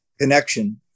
connection